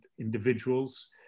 individuals